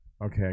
Okay